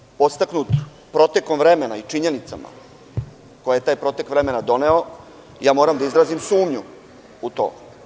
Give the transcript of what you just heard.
Međutim, podstaknut protekom vremena i činjenicama koje su taj protek vremena donele, moram da izrazim sumnju u to.